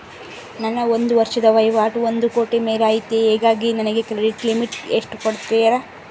ನನ್ನ ಒಂದು ವರ್ಷದ ವಹಿವಾಟು ಒಂದು ಕೋಟಿ ಮೇಲೆ ಐತೆ ಹೇಗಾಗಿ ನನಗೆ ಕ್ರೆಡಿಟ್ ಲಿಮಿಟ್ ಎಷ್ಟು ಕೊಡ್ತೇರಿ?